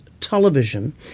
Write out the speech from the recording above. Television